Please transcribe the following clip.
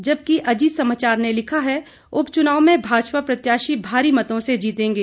जबकि अजीत समाचार ने लिखा है उपचुनाव में भाजपा प्रत्याशी भारी मतों से जीतेंगे